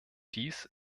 dies